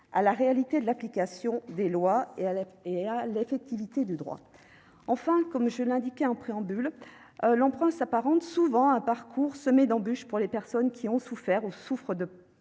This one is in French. à la réalité de l'application des lois et à l'effectivité du droit. Enfin, l'emprunt s'apparente souvent à un parcours semé d'embûches pour les personnes qui ont souffert ou qui souffrent de